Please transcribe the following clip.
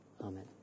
Amen